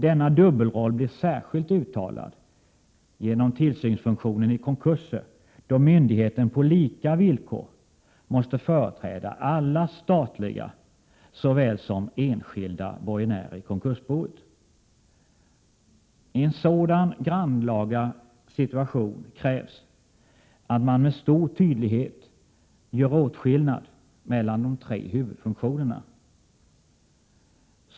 Denna dubbelroll blir särskilt uttalad genom tillsynsfunktionen vid konkurser, då myndigheten på lika villkor måste företräda alla statliga såväl som enskilda borgenärer i konskursboet. I sådana grannlaga situationer krävs att man med stor tydlighet gör åtskillnad mellan de tre huvudfunktionerna.